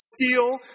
steal